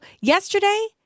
yesterday